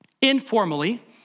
informally